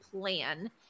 plan